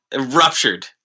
Ruptured